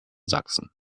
sachsen